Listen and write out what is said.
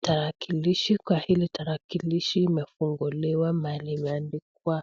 Tarakilishi. Kwa hili tarakilishi imefunguliwa mahali pameandikwa